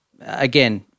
again